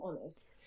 honest